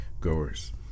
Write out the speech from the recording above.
goers